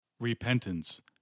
Repentance